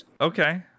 Okay